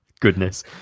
Goodness